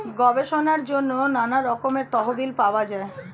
গবেষণার জন্য নানা রকমের তহবিল পাওয়া যায়